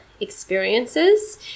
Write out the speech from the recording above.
experiences